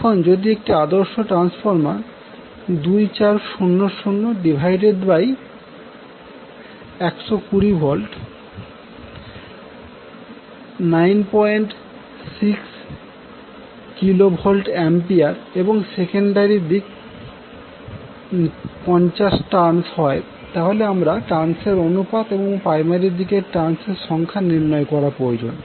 এখন যদি একটি আদর্শ ট্রান্সফর্মার 2400120 V 96 kVA এবং সেকেন্ডারি দিক 50 টার্নস হয় তাহলে আমাদের টার্নসের অনুপাত এবং প্রাইমারি দিকটির টার্নস সংখ্যা নির্ণয় করা প্রয়োজন